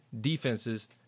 defenses